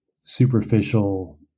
superficial